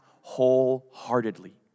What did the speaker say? wholeheartedly